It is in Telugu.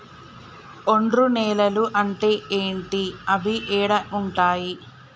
ఒండ్రు నేలలు అంటే ఏంటి? అవి ఏడ ఉంటాయి?